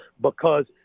because-